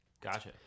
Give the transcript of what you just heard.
Gotcha